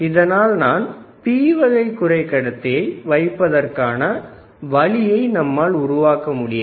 இதனால் நாம் P வகை குறைக்கடத்தியை வைப்பதற்கான வழியை நம்மால் உருவாக்க முடியாது